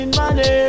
money